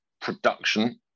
production